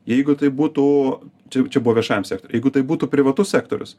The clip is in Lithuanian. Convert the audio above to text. jeigu tai būtų čia čia buvo viešajam sektoriuj jeigu tai būtų privatus sektorius